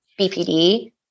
BPD